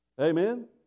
Amen